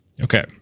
Okay